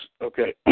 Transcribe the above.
okay